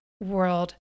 world